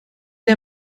der